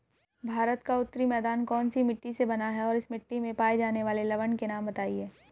भारत का उत्तरी मैदान कौनसी मिट्टी से बना है और इस मिट्टी में पाए जाने वाले लवण के नाम बताइए?